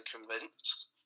convinced